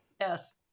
Yes